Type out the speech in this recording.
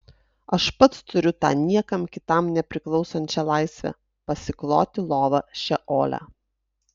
aš pats turiu tą niekam kitam nepriklausančią laisvę pasikloti lovą šeole